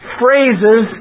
phrases